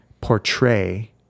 portray